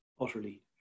utterly